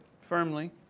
firmly